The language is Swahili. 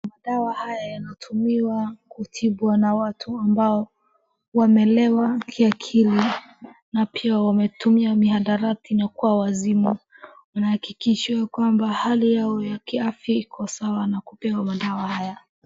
Madawa haya yanatumiwa kutibu na watu ambao wamelewa kiakili na pia wametumia mihadarati na kuwa wazimu. Wanahakikishiwa kwamba hali yao ya kiafya iko sawa na kupewa madawa haya